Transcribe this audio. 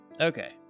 Okay